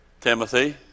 Timothy